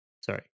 sorry